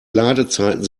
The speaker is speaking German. ladezeiten